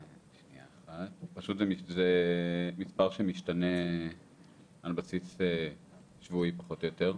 זה מספר שמשתנה על בסיס שבועי פחות או יותר.